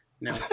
No